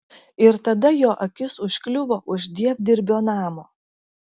ir tada jo akis užkliuvo už dievdirbio namo